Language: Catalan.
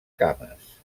cames